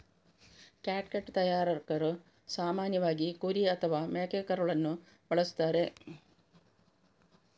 catgut ತಯಾರಕರು ಸಾಮಾನ್ಯವಾಗಿ ಕುರಿ ಅಥವಾ ಮೇಕೆಕರುಳನ್ನು ಬಳಸುತ್ತಾರೆ